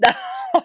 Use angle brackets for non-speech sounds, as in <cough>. <laughs>